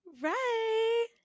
Right